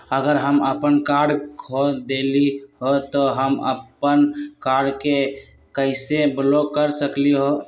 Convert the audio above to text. अगर हम अपन कार्ड खो देली ह त हम अपन कार्ड के कैसे ब्लॉक कर सकली ह?